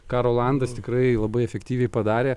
ką rolandas tikrai labai efektyviai padarė